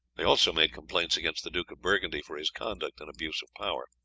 they also made complaints against the duke of burgundy for his conduct and abuse of power.